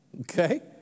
Okay